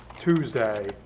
Tuesday